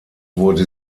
wurde